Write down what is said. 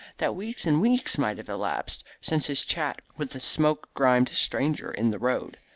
that weeks and weeks might have elapsed since his chat with the smoke-grimed stranger in the road.